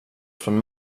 från